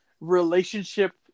relationship